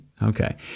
Okay